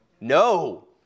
No